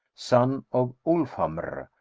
son of ulfhamr,